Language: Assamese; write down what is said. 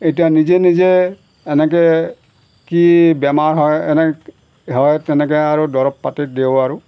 এতিয়া নিজে নিজে এনেকৈ কি বেমাৰ হয় এনে হয় তেনেকৈ আৰু দৰৱ পাতি দিও আৰু